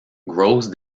gross